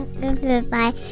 Goodbye